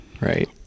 right